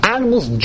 Animals